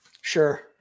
Sure